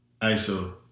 Iso